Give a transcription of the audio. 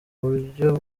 buryo